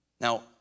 Now